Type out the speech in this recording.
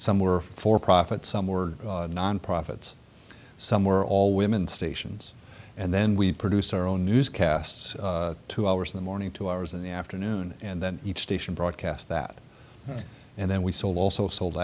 some were for profit some were non profits some were all women stations and then we produce our own newscasts two hours in the morning two hours in the afternoon and then each station broadcast that and then we saw also sold